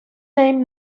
name